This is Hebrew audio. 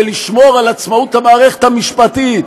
ולשמור על עצמאות המערכת המשפטית.